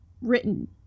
written